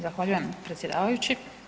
Zahvaljujem predsjedavajući.